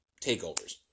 takeovers